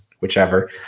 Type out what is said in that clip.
whichever